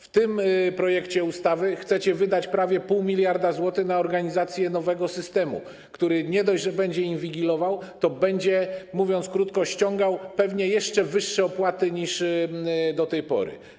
W tym projekcie ustawy chcecie wydać prawie 0,5 mld zł na organizację nowego systemu, który nie dość, że będzie inwigilował, to będzie, mówiąc krótko, ściągał pewnie jeszcze wyższe opłaty niż do tej pory.